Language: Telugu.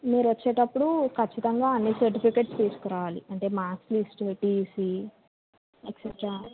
మీరు వచ్చేటప్పుడు ఖచ్చితంగా అన్ని సర్టిఫికెట్స్ తీసుకురావాలి అంటే మార్క్ లిస్ట్ టిసి ఎక్సెట్రా